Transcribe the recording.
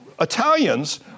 Italians